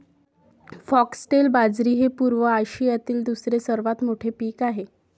foxtail बाजरी हे पूर्व आशियातील दुसरे सर्वात मोठे पीक आहे